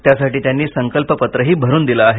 त्यासाठी त्यांनी संकल्प पत्रही भरून दिलं आहे